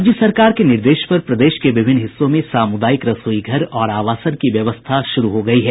राज्य सरकार के निर्देश पर प्रदेश के विभिन्न हिस्सों में सामूदायिक रसोईघर और आवासन की व्यवस्था शुरू हो गयी है